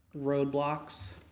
roadblocks